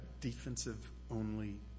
defensive-only